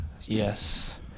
Yes